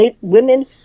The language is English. women